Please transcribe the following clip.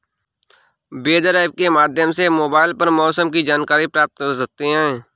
weather app के माध्यम से मोबाइल पर मौसम की जानकारी प्राप्त कर सकते हैं